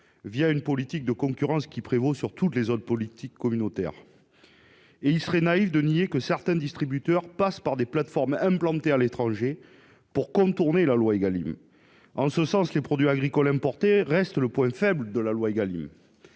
une politique de concurrence qui prévaut sur toutes les autres politiques communautaires. Il serait naïf de nier que certains distributeurs passent par des plateformes implantées à l'étranger pour contourner la loi Égalim. En ce sens, les produits agricoles importés restent le point faible de cette législation.